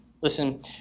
Listen